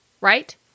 Right